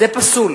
זה פסול.